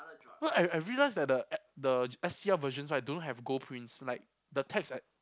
no I I realise that the uh the S_C_R versions I don't have gold prints like the text uh